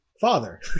father